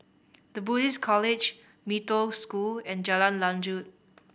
The Buddhist College Mee Toh School and Jalan Lanjut